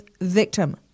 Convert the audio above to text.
victim